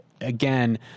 again